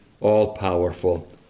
all-powerful